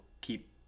keep